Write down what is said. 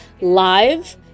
live